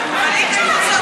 מה אתה רוצה?